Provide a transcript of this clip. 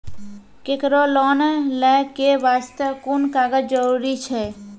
केकरो लोन लै के बास्ते कुन कागज जरूरी छै?